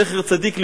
זכר צדיק לברכה,